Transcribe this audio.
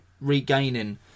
regaining